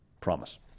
promise